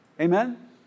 Amen